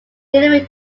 delivery